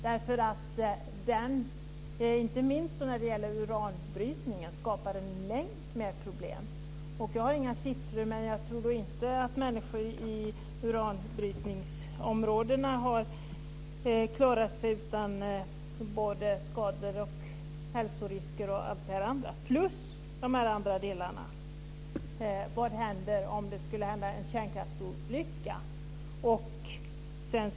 Den skapar en mängd problem, inte minst uranbrytningen. Jag har inga siffror. Men jag tror inte att människor i uranbrytningsområdena har klarat sig utan skador och hälsorisker. Dessutom har vi de andra delarna. Vad händer vid en kärnkraftsolycka?